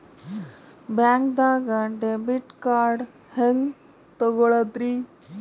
ಬ್ಯಾಂಕ್ದಾಗ debit card ಹೆಂಗ್ ತಗೊಳದ್ರಿ?